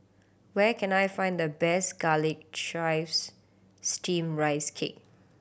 where can I find the best Garlic Chives Steamed Rice Cake